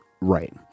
Right